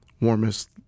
warmest